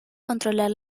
controlar